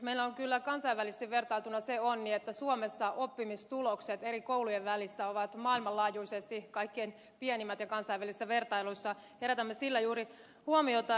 meillä on kyllä kansainvälisesti vertailtuna se onni että suomessa oppimistulokset eri koulujen välillä ovat maailmanlaajuisesti kaikkein pienimmät ja kansainvälisissä vertailuissa herätämme juuri sillä huomiota